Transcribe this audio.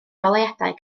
goleuadau